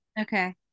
Okay